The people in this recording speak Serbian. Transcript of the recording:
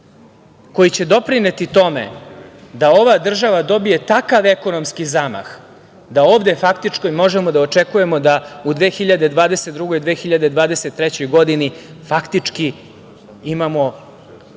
koji će doprineti tome da ova država dobije takav ekonomski zamah, da ovde faktički možemo da očekujemo da u 2022. godini i 2023. godini faktički imamo